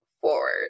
forward